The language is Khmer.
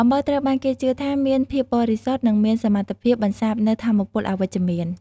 អំបិលត្រូវបានគេជឿថាមាន ភាពបរិសុទ្ធ និងមានសមត្ថភាពបន្សាបនូវថាមពលអវិជ្ជមាន។